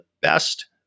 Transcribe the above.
best